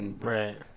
Right